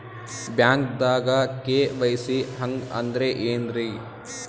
ಬ್ಯಾಂಕ್ದಾಗ ಕೆ.ವೈ.ಸಿ ಹಂಗ್ ಅಂದ್ರೆ ಏನ್ರೀ?